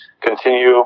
continue